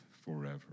forever